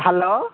hello